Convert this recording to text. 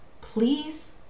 Please